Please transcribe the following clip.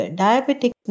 diabetic